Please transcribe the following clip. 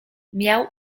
miał